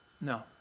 no